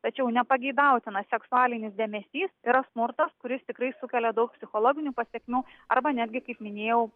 tačiau nepageidautinas seksualinis dėmesys yra smurtas kuris tikrai sukelia daug psichologinių pasekmių arba netgi kaip minėjau